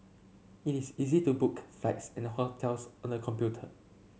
it is easy to book flights and a hotels on the computer